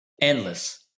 Endless